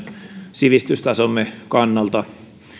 sivistystasomme kannalta